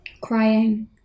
Crying